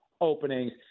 openings